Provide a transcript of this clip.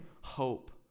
hope